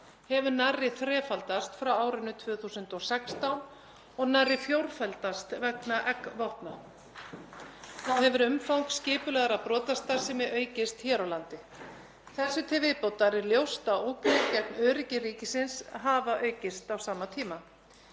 hefur nærri þrefaldast frá árinu 2016 og nærri fjórfaldast vegna eggvopna. Þá hefur umfang skipulagðrar brotastarfsemi aukist hér á landi. Þessu til viðbótar er ljóst að ógnir gegn öryggi ríkisins hafa aukist á sama tíma.